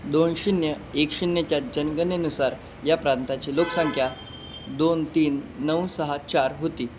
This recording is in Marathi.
दोन शून्य एक शून्यच्या जनगणनेनुसार या प्रांताची लोकसंख्या दोन तीन नऊ सहा चार होती